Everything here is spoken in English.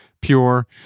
pure